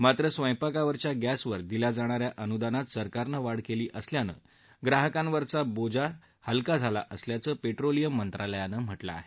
मात्र स्वयंपाकाच्या गॅसवर दिल्या जाणाऱ्या अनुदानात सरकारनं वाढ केली असल्यानं ग्राहकावरचा त्याचा बोजा हलका झाला असल्याचं पेट्रोलियम मंत्रालयानं म्हटलं आहे